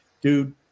dude